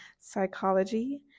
psychology